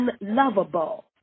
unlovable